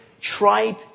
tribe